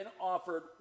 offered